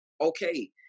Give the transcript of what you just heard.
Okay